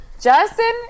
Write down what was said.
Justin